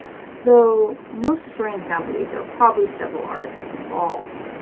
though most historians now believe there are probably several artists involved.